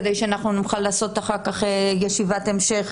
כדי שאנחנו נוכל לעשות אחר כך ישיבת המשך,